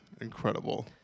incredible